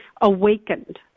awakened